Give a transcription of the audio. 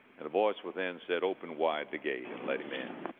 and the voice within said, open wide the gate and let him in,